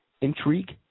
intrigue